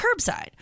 curbside